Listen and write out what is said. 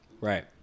Right